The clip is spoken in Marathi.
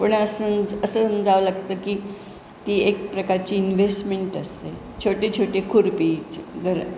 पण असं सम असं समजावं लागतं की ती एक प्रकारची इन्व्हेस्टमेंट असते छोटे छोटे खुर्पीचे गर